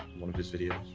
one of his videos